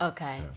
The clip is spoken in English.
Okay